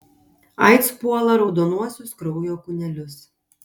aids puola raudonuosius kraujo kūnelius